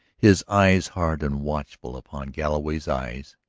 his eyes hard and watchful upon galloway's eyes,